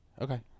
Okay